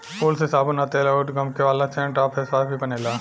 फूल से साबुन आ तेल अउर गमके वाला सेंट आ फेसवाश भी बनेला